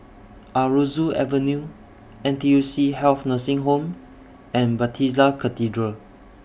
Aroozoo Avenue N T U C Health Nursing Home and Bethesda Cathedral